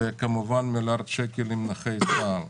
וכמובן, מיליארד שקל לנכי צה"ל.